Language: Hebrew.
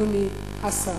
אדוני השר.